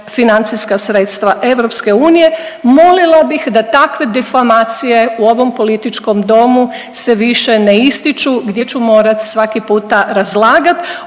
financijska sredstva EU. Molila bih da takve difamacije u ovom političkom domu se više ne ističu gdje ću morati svaki puta razlagat.